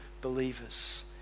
believers